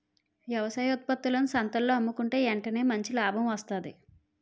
వ్యవసాయ ఉత్త్పత్తులను సంతల్లో అమ్ముకుంటే ఎంటనే మంచి లాభం వస్తాది